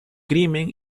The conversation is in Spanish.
crimen